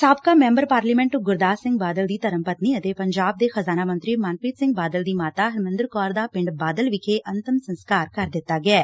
ਸਾਬਕਾ member parliament Gurdas Singh Badal ਦੀ ਧਰਮ ਪਤਨੀ ਅਤੇ ਪੰਜਾਬ ਦੇ ਖ਼ਜ਼ਾਨਾ ਮੰਤਰੀ ਮਨਪ੍ਰੀਤ ਸਿੰਘ ਬਾਦਲ ਦੀ ਮਾਤਾ ਹਰਮੰਦਰ ਕੌਰ ਦਾ ਪਿੰਡ ਬਾਦਲ ਵਿਖੇ ਅੰਤਿਮ ਸੰਸਕਾਰ ਕਰ ਦਿੱਤਾ ਗਿਐ